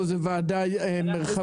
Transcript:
לא, זאת ועדה מרחבית.